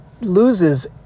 loses